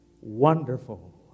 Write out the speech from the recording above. wonderful